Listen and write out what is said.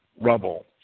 rubble